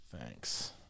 thanks